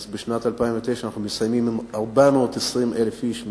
אז בשנת 2009 אנחנו מסיימים עם 420,000 איש,